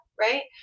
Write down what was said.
right